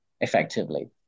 effectively